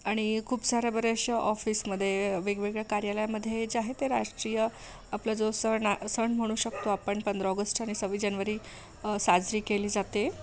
आणि खूप साऱ्या बऱ्याचशा ऑफिसमध्ये वेगवेगळ्या कार्यालयामधे जे आहेत ते राष्ट्रीय आपला जो सण आ सण म्हणू शकतो आपण पंधरा ऑगस्ट आणि सव्वीस जानेवारी साजरी केली जाते